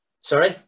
Sorry